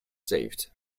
saved